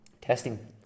Testing